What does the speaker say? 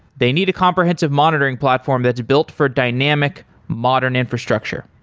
they need a comprehensive monitoring platform that's built for dynamic modern infrastructure.